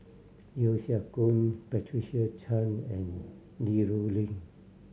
Yeo Siak Goon Patricia Chan and Li Rulin